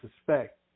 suspect